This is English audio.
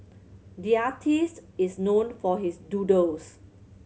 the artist is known for his doodles